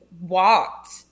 walked